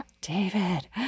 David